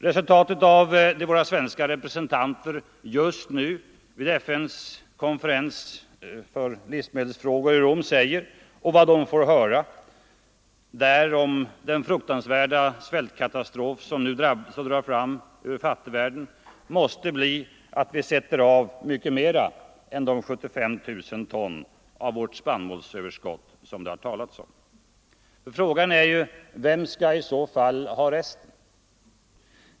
Resultatet av det våra svenska representanter just nu säger vid FN:s livsmedelskonferens i Rom — och vad de får höra där om den fruktansvärda svältkatastrof som nu drar fram över fattigvärlden — måste bli att vi sätter av mycket mer än de 75 000 ton av vårt spannmålsöverskott som det har talats om. Frågan är: Vem skall i så fall ha resten?